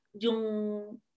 Yung